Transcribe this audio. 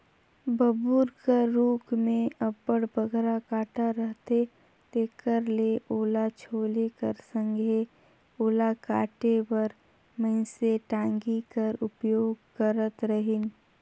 बबूर कर रूख मे अब्बड़ बगरा कटा रहथे तेकर ले ओला छोले कर संघे ओला काटे बर मइनसे टागी कर उपयोग करत रहिन